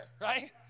Right